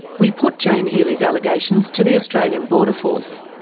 we put jane healey's allegations to the australian border force.